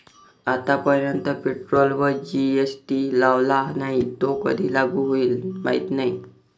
आतापर्यंत पेट्रोलवर जी.एस.टी लावला नाही, तो कधी लागू होईल माहीत नाही